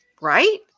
Right